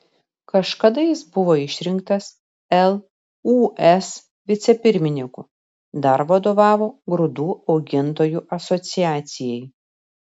kažkada jis buvo išrinktas lūs vicepirmininku dar vadovavo grūdų augintojų asociacijai